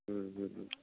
ம் ம் ம்